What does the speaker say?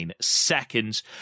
seconds